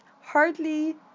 hardly